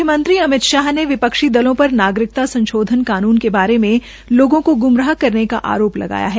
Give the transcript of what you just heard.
गृहमंत्री अमित शाह ने विपक्षी दलों पर नागरिकता संशोधन कानून के बारे मे लोगों को ग्मराह करने का आरोप लगाया है